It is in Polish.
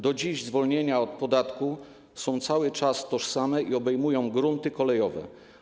Do dziś zwolnienia od podatku są cały czas tożsame i obejmują grunty kolejowe.